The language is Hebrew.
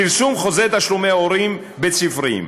פרסום חוזרי תשלומי הורים בית-ספריים.